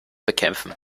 bekämpfen